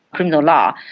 criminal law,